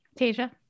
Tasia